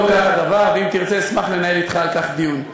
לא כך הדבר, ואם תרצה, אשמח לנהל אתך על כך דיון.